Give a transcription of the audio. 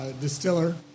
distiller